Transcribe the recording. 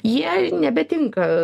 jie nebetinka